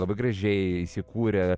labai gražiai įsikūrę